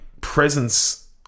Presence